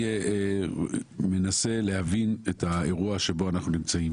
אני מנסה להבין את האירוע שבו אנחנו נמצאים